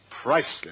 priceless